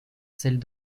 celles